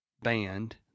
band